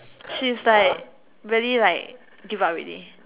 she's like really like give up already